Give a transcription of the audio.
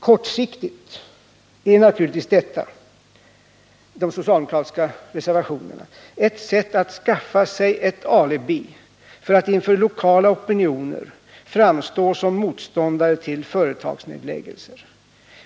Kortsiktigt är naturligtvis reservationerna ett sätt för socialdemokraterna att skaffa sig ett alibi för att inför lokala opinioner framstå som motståndare till företagsnedläggelser.